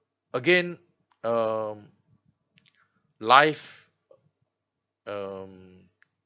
again um life um